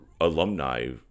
alumni